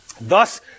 Thus